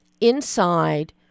inside